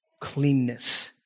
cleanness